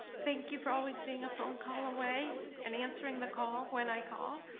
thank you for always being a phone call away and answering the call when i call.